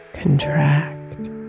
contract